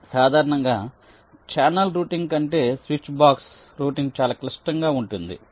సాధారణంగా channel routing కంటే switch box routing చాలా క్లిష్టంగా ఉంటుంది